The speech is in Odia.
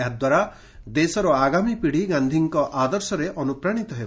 ଏହା ଦ୍ୱାରା ଦେଶର ଆଗାମୀ ପୀତି ଗାନ୍ଧୀଙ୍କ ଆଦର୍ଶରେ ଅନୁପ୍ରାଶିତ ହେବ